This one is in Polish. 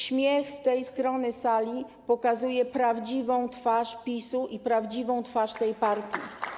Śmiech z tej strony sali pokazuje prawdziwą twarz PiS-u i prawdziwą twarz tej partii.